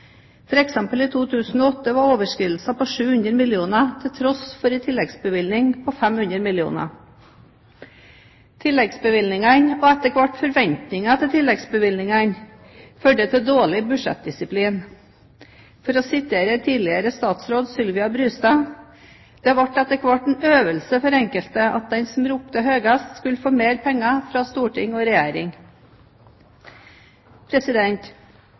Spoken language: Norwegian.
perioden. I 2008 var f.eks. overskridelsene på 700 mill. kr, til tross for en tilleggsbevilgning på 500 mill. kr. Tilleggsbevilgninger og etter hvert forventninger om tilleggsbevilgninger førte til dårlig budsjettdisiplin. La meg sitere tidligere statsråd Sylvia Brustad: «Men det ble etter hvert en øvelse for enkelte at den som ropte høyest, skulle få mer penger fra storting og regjering.»